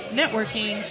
networking